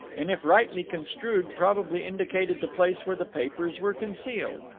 and if rightly construed probably indicated the place where the papers were concealed.